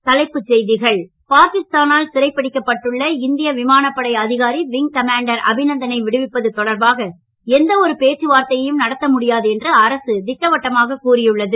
மீண்டும் தலைப்புச் செய்திகள் பாகிஸ்தானால் சிறைப்பிடிக்கப்பட்டுள்ள இந்திய விமானப்படை அதிகாரி விங் கமாண்டர் அபிநந்தனை விடுவிப்பது தொடர்பாக பேச்சுவார்த்தையும் எந்தவொரு நடத்த முடியாது என்று அரசு திட்டவட்டமாக கூறியுள்ளது